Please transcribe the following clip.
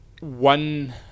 one